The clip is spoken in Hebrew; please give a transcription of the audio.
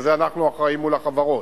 ולזה אנחנו אחראים מול החברות,